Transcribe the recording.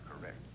correct